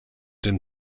den